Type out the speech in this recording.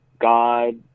God